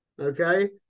okay